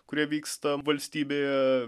kurie vyksta valstybėje